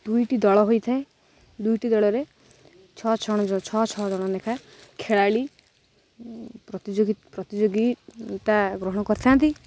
ଦୁଇଟି ଦଳ ହୋଇଥାଏ ଦୁଇଟି ଦଳରେ ଛଅ ଛଅ ଜଣ ଛଅ ଛଅ ଜଣ ଲେଖାଁ ଖେଳାଳି ପ୍ରତିଯୋଗୀ ପ୍ରତିଯୋଗୀତା ଗ୍ରହଣ କରିଥାନ୍ତି